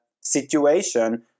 situation